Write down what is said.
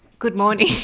good morning!